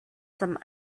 some